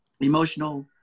emotional